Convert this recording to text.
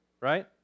right